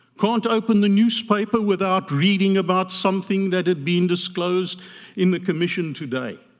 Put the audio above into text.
can't open the newspaper without reading about something that had been disclosed in the commission today.